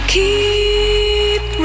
keep